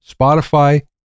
Spotify